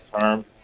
term